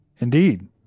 Indeed